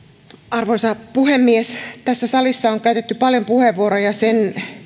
arvoisa puhemies tässä salissa on käytetty paljon puheenvuoroja sen